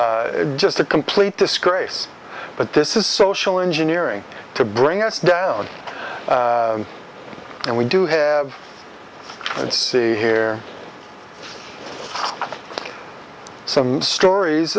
o just a complete disgrace but this is social engineering to bring us down and we do have and see here some stories